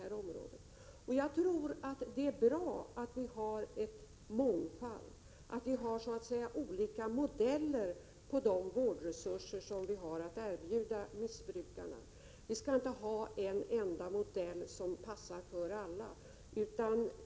1986/87:71 Jag tror att det är bra att vi har en mångfald, att vi har olika modeller på de 13 februari 1987 = vårdresurser som vi har att erbjuda missbrukarna. Vi skall inte ha en enda mm La 4... modellsom passar för alla.